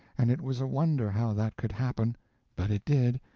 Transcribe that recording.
and it was a wonder how that could happen but it did,